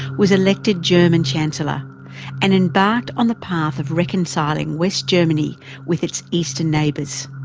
was elected german chancellor and embarked on the path of reconciling west germany with its eastern neighbours.